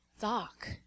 Doc